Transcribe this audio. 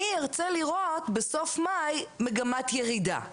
אני ארצה לראות בסוף מאי מגמת ירידה,